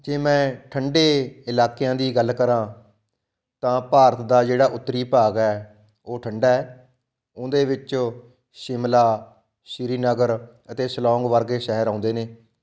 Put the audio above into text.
ਜੇ ਮੈਂ ਠੰਡੇ ਇਲਾਕਿਆਂ ਦੀ ਗੱਲ ਕਰਾਂ ਤਾਂ ਭਾਰਤ ਦਾ ਜਿਹੜਾ ਉੱਤਰੀ ਭਾਗ ਹੈ ਉਹ ਠੰਡਾ ਹੈ ਉਹਦੇ ਵਿੱਚ ਸ਼ਿਮਲਾ ਸ਼੍ਰੀਨਗਰ ਅਤੇ ਸ਼ਿਲੋਂਗ ਵਰਗੇ ਸ਼ਹਿਰ ਆਉਂਦੇ ਨੇ